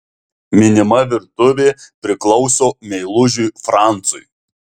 minima virtuvė priklauso meilužiui francui